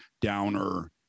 downer